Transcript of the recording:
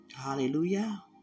hallelujah